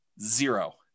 Zero